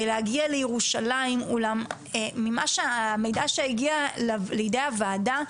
להגיע לירושלים אולם מהמידע שהגיע לידי הוועדה,